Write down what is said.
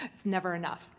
it's never enough,